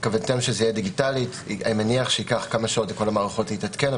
אני מניח שזה ייקח כמה שעות עד שכל שכל המערכות תתעדכנה.